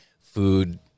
food